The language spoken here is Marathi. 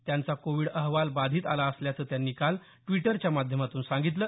त्यांचा कोविड अहवाल बाधित आला असल्याचं त्यांनी काल ड्विटरच्या माध्यमातून सांगितलं